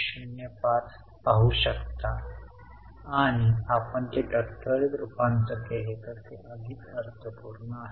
05 पाहू शकता आणि आपण ते टक्केवारीत रूपांतरित केले तर ते अधिक अर्थपूर्ण आहे